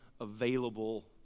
available